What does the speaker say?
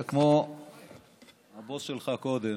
אתה כמו הבוס שלך קודם,